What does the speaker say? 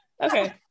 Okay